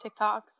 TikToks